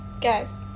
guys